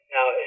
Now